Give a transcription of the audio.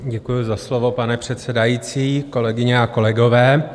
Děkuji za slovo, pane předsedající, kolegyně a kolegové.